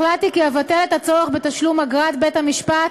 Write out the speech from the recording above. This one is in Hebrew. החלטתי כי אבטל את הצורך בתשלום אגרת בית-המשפט